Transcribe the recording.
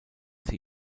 sie